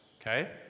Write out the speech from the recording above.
okay